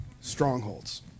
strongholds